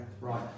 Right